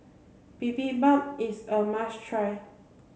Bibimbap is a must try